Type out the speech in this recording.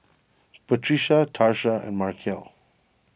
Patricia Tarsha and Markell